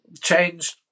changed